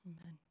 Amen